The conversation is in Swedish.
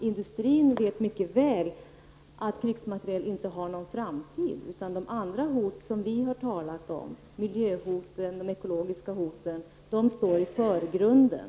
Industrin vet mycket väl att krigsmateriel inte har någon framtid. Andra hot som vi har talat om, miljöhot och ekologiska hot, står i förgrunden.